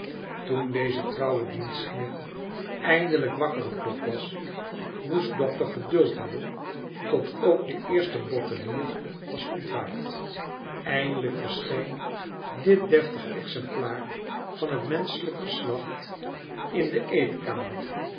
toen deze trouwe dienstknecht eindelijk wakker geklopt was moest dokter geduld hebben tot ook de eerste bottelier was ontwaakt eindelijk verscheen dit deftig exemplaar van het menschelijk geslacht in de eetkamer